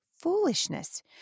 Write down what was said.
foolishness